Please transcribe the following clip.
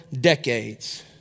decades